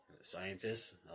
scientists